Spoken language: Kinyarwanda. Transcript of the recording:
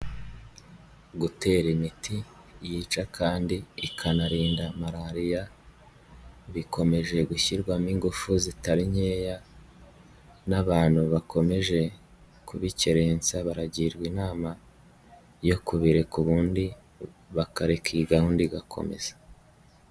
Gutera imiti yica kandi ikanarinda malariya, bikomeje gushyirwamo ingufu zitari nkeya n'abantu bakomeje kubikerensa baragirwa inama yo kubireka ubundi, bakareka iyi gahunda igakomeza.